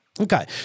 Okay